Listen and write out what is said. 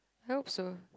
I hope so